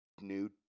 new